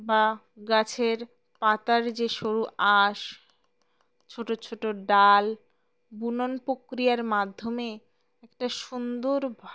বা গাছের পাতার যে সরু আঁশ ছোটো ছোটো ডাল বুনন প্রক্রিয়ার মাধ্যমে একটা সুন্দর